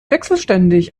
wechselständig